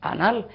Anal